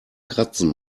kratzen